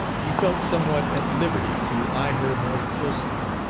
he felt somewhat at liberty to eye her more closely.